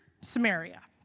Samaria